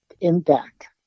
impact